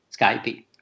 Skype